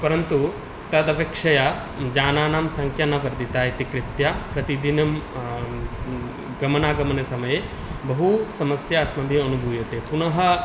परन्तु तदपेक्षया यानानां सङ्ख्या न वर्धिता इति कृत्वा प्रतिदिनं गमनागमनसमये बहु समस्या अस्माभिः अनुभूयते पुनः